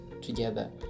together